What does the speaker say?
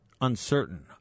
uncertain